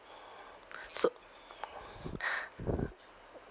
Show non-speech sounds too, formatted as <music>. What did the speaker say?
so <noise> <breath>